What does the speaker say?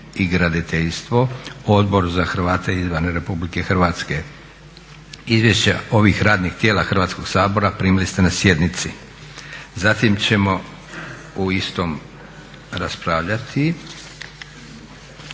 i graditeljstvo, Odbor za Hrvate izvan RH. Izvješće ovih radnih tijela Hrvatskog sabora primili ste na sjednici. Zatim ćemo o istom raspravljati.